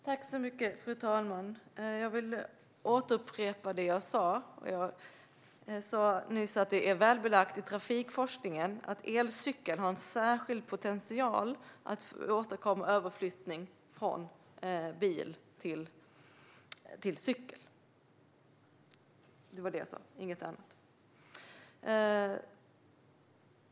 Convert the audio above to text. Fru talman! Jag vill upprepa det jag sa. Jag sa nyss att det är välbelagt i trafikforskningen att elcykeln har en särskild potential att åstadkomma överflyttning från bil till cykel. Det var detta jag sa, ingenting annat.